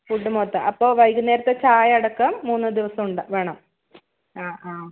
food മൊത്തം അപ്പോൾ വൈകുന്നേരത്തെ ചായ അടക്കം മൂന്ന് ദിവസം ഉണ്ട് വേണം ആ ആ